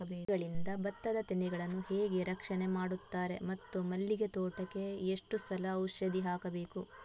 ಚಿಟ್ಟೆಗಳಿಂದ ಭತ್ತದ ತೆನೆಗಳನ್ನು ಹೇಗೆ ರಕ್ಷಣೆ ಮಾಡುತ್ತಾರೆ ಮತ್ತು ಮಲ್ಲಿಗೆ ತೋಟಕ್ಕೆ ಎಷ್ಟು ಸಲ ಔಷಧಿ ಹಾಕಬೇಕು?